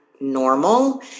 normal